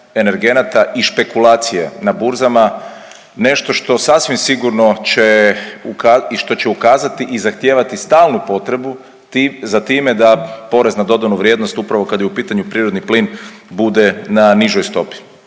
energenata i špekulacije na burzama, nešto što sasvim sigurno će i što će ukazati i zahtijevati stalnu potrebu za time da porez na dodanu vrijednost upravo kad je u pitanju prirodni plin bude na nižoj stopi.